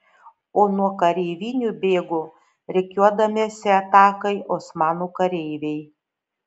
o nuo kareivinių bėgo rikiuodamiesi atakai osmanų kareiviai